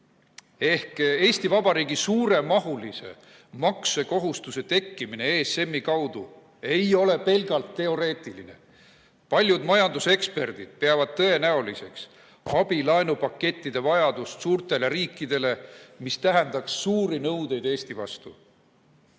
Ehk Eesti Vabariigi suuremahulise maksekohustuse tekkimine ESM‑i kaudu ei ole pelgalt teoreetiline [võimalus]. Paljud majanduseksperdid peavad tõenäoliseks abilaenupakettide vajadust suurtele riikidele, mis tähendaks suuri nõudeid Eesti vastu.